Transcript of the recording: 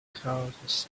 clouds